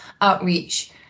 outreach